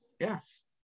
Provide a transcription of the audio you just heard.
yes